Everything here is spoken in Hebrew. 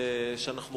אז אני כבר מתנצל.